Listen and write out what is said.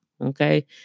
okay